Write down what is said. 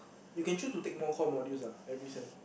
you can choose to take more core modules lah every sem